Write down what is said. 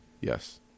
Yes